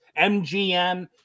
MGM